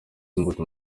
imbuto